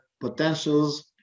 potentials